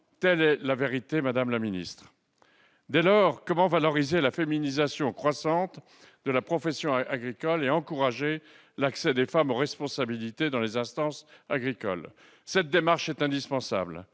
Telle est la vérité, madame la secrétaire d'État ! Dès lors, comment valoriser la féminisation croissante de la profession agricole et encourager l'accès des femmes aux responsabilités dans les instances agricoles ? Cette démarche est indispensable.